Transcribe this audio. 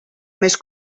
més